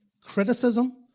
criticism